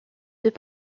deux